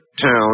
town